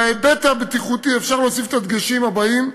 בהיבט הבטיחותי אפשר להוסיף את הדגשים הבאים: